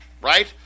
right